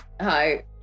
Hi